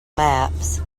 maps